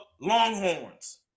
Longhorns